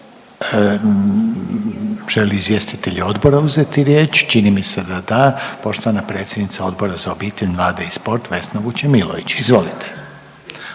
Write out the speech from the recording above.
li izvjestitelji odbora uzeti riječ? Čini mi se da da. Poštovana predsjednica Odbora za obitelj, mlade i sport Vesna Vučemilović. Izvolite.